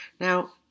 Now